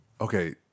okay